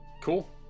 Cool